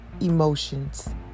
emotions